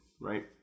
right